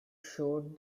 showed